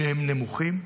שהם נמוכים.